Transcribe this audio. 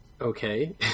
Okay